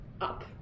up